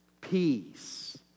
peace